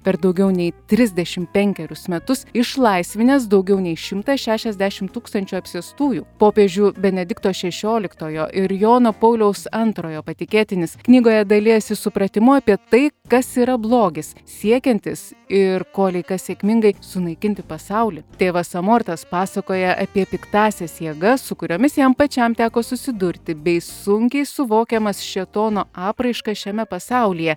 per daugiau nei trisdešimt penkerius metus išlaisvinęs daugiau nei šimtą šešiasdešimt tūkstančių apsėstųjų popiežių benedikto šešioliktojo ir jono pauliaus antrojo patikėtinis knygoje dalijasi supratimu apie tai kas yra blogis siekiantis ir kolei kas sėkmingai sunaikinti pasaulį tėvas emortas pasakoja apie piktąsias jėgas su kuriomis jam pačiam teko susidurti bei sunkiai suvokiamas šėtono apraiškas šiame pasaulyje